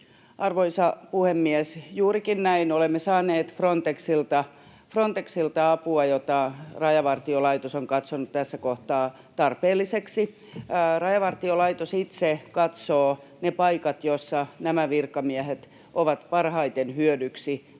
Arvoisa puhemies! Juurikin näin, olemme saaneet Frontexilta apua, jonka Rajavartiolaitos on katsonut tässä kohtaa tarpeelliseksi. Rajavartiolaitos itse katsoo ne paikat, joissa nämä virkamiehet ovat parhaiten hyödyksi meidän